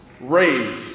rage